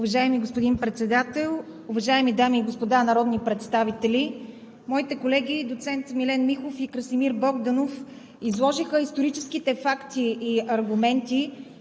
Уважаеми господин Председател, уважаеми дами и господа народни представители! Колегите ми доцент Милен Михов и Красимир Богданов изложиха историческите факти и аргументи